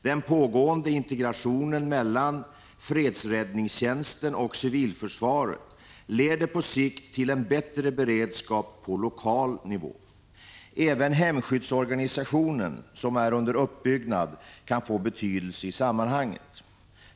Den pågående integrationen mellan fredsräddningstjänsten och civilförsvaret leder på sikt till en bättre beredskap på lokal nivå. Även hemskyddsorganisationen, som är under uppbyggnad, kan få betydelse i sammanhanget.